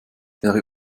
wäre